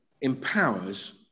empowers